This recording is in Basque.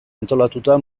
antolatuta